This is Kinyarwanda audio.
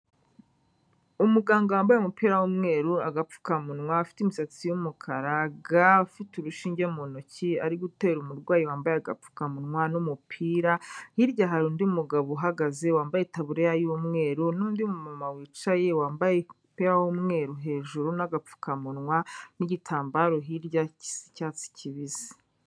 Umuganga wambaye umupira w'umweru agapfukamunwa afite imisatsi y'umukara ga afite urushinge mu ntoki ari gutera umurwayi wambaye agapfukamunwa n'umupira, hirya hari undi mugabo uhagaze wambaye itaburiya y'umweru n'undi mumama wicaye wambaye umupira w'umweru hejuru n'agapfukamunwa, n'igitambaro hirya gisa icyatsi kibisi.